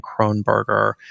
kronberger